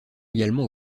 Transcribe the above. également